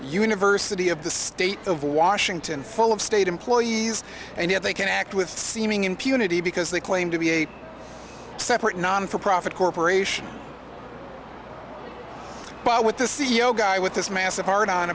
university of the state of washington full of state employees and how they can act with seeming impunity because they claim to be a separate non for profit corporation by with the c e o guy with his massive heart on